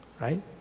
right